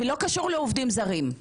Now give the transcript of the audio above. ולא קשור לעובדים זרים.